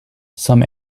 some